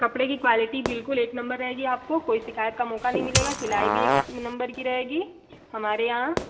कपड़े की क्वालिटी बिल्कुल एक नंबर रहेगी आपको कोई शिकायत का मौका नई मिलेगा सिलाई भी एक नंबर की रहेगी हमारे यहाँ